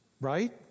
right